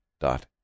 dot